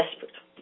desperate